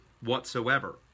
whatsoever